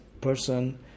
person